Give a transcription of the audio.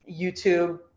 YouTube